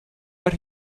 but